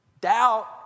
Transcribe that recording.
Doubt